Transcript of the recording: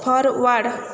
forward